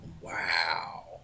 Wow